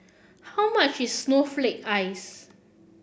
how much is Snowflake Ice